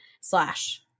slash